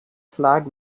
flag